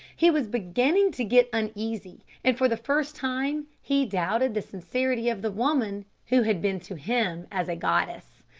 he was beginning to get uneasy, and for the first time he doubted the sincerity of the woman who had been to him as a goddess.